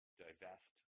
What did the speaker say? divest